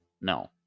No